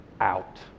out